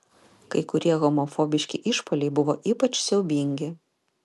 kai kurie homofobiški išpuoliai buvo ypač siaubingi